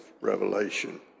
Revelation